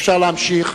אפשר להמשיך.